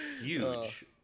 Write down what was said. huge